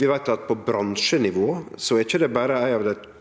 Vi veit at på bransjenivå er det ikkje berre ei av dei